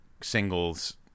singles